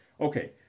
Okay